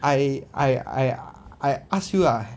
I I I I ask you lah